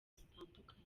zitandukanye